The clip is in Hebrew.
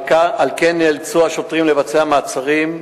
על כן נאלצו השוטרים לבצע מעצרים,